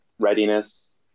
readiness